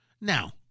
Now